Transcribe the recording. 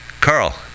Carl